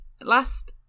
last